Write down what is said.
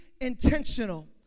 intentional